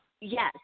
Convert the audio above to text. Yes